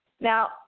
Now